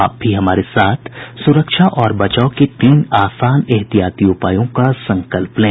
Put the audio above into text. आप भी हमारे साथ सुरक्षा और बचाव के तीन आसान एहतियाती उपायों का संकल्प लें